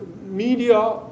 media